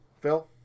Phil